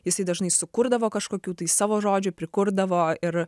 jisai dažnai sukurdavo kažkokių tai savo žodžių prikurdavo ir